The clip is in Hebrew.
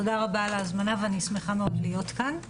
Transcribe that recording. תודה רבה על ההזמנה, ואני שמחה מאוד להיות כאן.